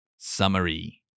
Summary